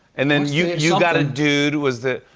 and then, you you got it, dude, was the.